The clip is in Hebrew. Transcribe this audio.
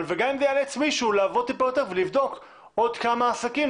וגם לעבוד טיפה יותר ולבדוק עוד כמה עסקים,